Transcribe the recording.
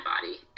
body